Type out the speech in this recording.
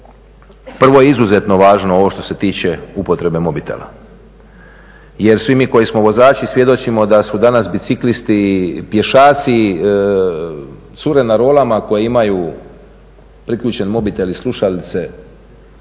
Prvo je izuzetno važno ovo što se tiče upotrebe mobitela. Jer svi mi koji smo vozači svjedočimo da su danas biciklisti, pješaci, cure na rolama koje imaju priključen mobitel i slušalice